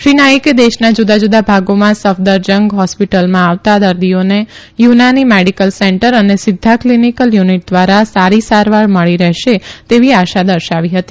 શ્રી નાઇકે દેશના જુદા જુદા ભાગોમાંથી સફદરજંગ હોસ્પિટલમાં આવતા દર્દીઓને યુનાની મેડિકલ સેન્ટર અને સિધ્ધા કલીનીકલ યુનિટ દ્વારા સારી સારવાર મળી રહેશે તેવી આશા દર્શાવી હતી